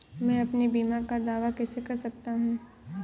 मैं अपने बीमा का दावा कैसे कर सकता हूँ?